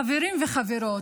חברים וחברות,